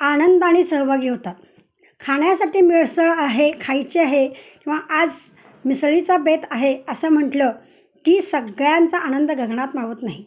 आनंदाने सहभागी होतात खाण्यासाठी मिसळ आहे खायची आहे किंवा आज मिसळीचा बेत आहे असं म्हटलं की सगळ्यांचा आनंद गगनात मावत नाही